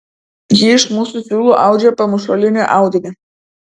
ji iš mūsų siūlų audžia pamušalinį audinį